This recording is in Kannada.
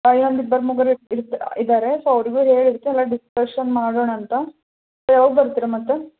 ಹಾಂ ಇನ್ನೊಂದು ಇಬ್ಬರು ಮೂವರಿರ್ತ ಇದ್ದಾರೆ ಸೊ ಅವರಿಗೂ ಹೇಳಿರ್ತೀನಿ ಎಲ್ಲ ಡಿಸ್ಕಷನ್ ಮಾಡೋಣ ಅಂತ ಯಾವಾಗ ಬರ್ತೀರ ಮತ್ತೆ